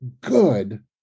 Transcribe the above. good